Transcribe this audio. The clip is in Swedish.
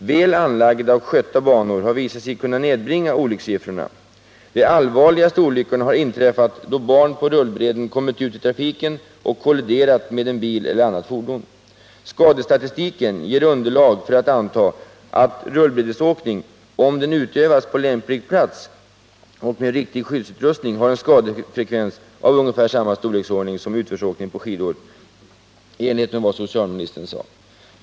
Väl anlagda och skötta banor har visat sig kunna nedbringa olyckssiffrorna. De allvarligaste olyckorna har inträffat då barn på rullbräden kommit ut i trafiken och kolliderat med en bil eller annat fordon. Skadestatistiken ger underlag för att anta att rullbrädesåkning, om den utövas på lämplig plats och med riktig skyddsutrustning, har en skadefrekvens av ungefär samma storleksordning som utförsåkning på skidor, i enlighet med vad socialministern sade.